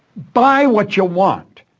buy what you want.